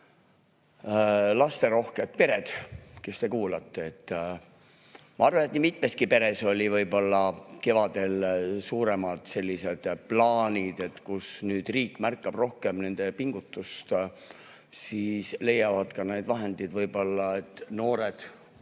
lasterohked pered, kes te kuulate! Ma arvan, et nii mitmeski peres olid võib-olla kevadel sellised suuremad plaanid, et kui nüüd riik märkab rohkem nende pingutust, siis leiavad need vahendid, et noored